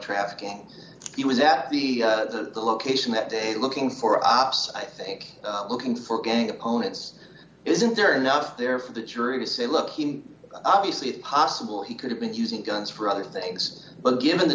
trafficking he was at the location that day looking for ops i think looking for gang opponents isn't there enough there for the true to say look he obviously it's possible he could have been using guns for other things but given the